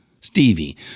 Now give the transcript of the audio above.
Stevie